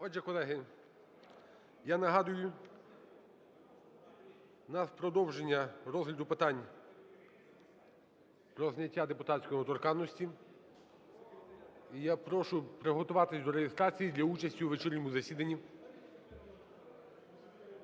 Отже, колеги, я нагадую, в нас продовження розгляду питань про зняття депутатської недоторканності. І я прошу приготуватися до реєстрації для участі у вечірньому засіданні.